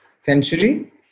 century